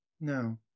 no